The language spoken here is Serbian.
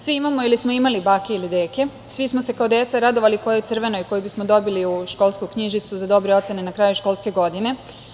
Svi imamo ili smo imali bake ili deke i svi smo se kao deca radovali kojoj crvenoj koju bismo dobili u školsku knjižicu za dobre ocene na kraju školske godine.